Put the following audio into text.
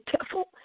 careful